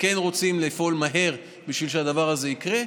וכן רוצים לפעול מהר בשביל שהדבר הזה יקרה.